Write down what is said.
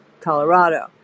Colorado